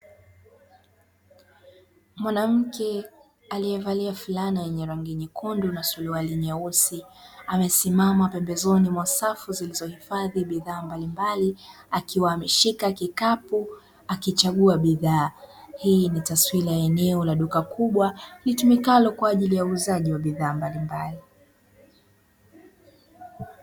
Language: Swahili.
Mwanamke aliyevalia fulana yenye rangi nyekundu na suruali nyeusi, akiwa ameshika kikapu akichagua bidhaa hii ni taswira ya eneo la duka kubwa litumikalo kwa ajili ya ununuzi wa vitu mbalimbali.